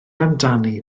amdani